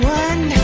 one